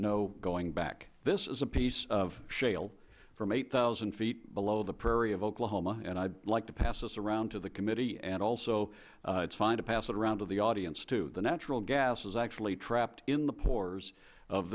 no going back this is a piece of shale from eight thousand feet below the prairie of oklahoma and i'd like to pass this around to the committee and also it's fine to pass it around to the audience too the natural gas is actually trapped in the pores of